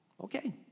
Okay